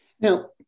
Now